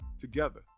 together